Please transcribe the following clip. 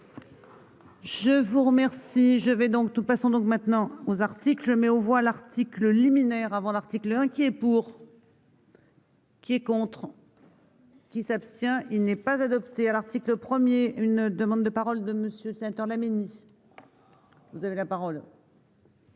je vais donc nous passons donc maintenant aux articles je mets aux voix l'article liminaire avant l'article inquiet pour. Qui est contre. Qui s'abstient, il n'est pas adopté à l'article 1er, une demande de parole de monsieur tant la Mini, vous avez la parole.